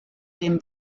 dem